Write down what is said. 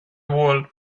wall